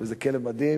וזה כלב מדהים.